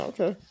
Okay